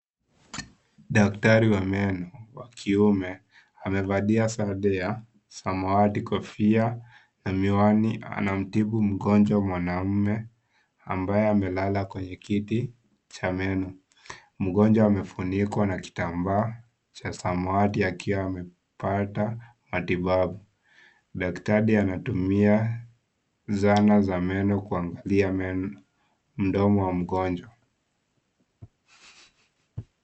Daktari wa meno akiwa amevalia sare ya samawati kofia na miwani anamtibu mgonjwa mwanaume ambaye amelala kwenye kiti cha meno, mgonjwa amefunikwa na kitambaa cha samawati akiwa amepata matibabu daktari anatumia zana za meno kwanzia meno mdomo wa mgonjwa .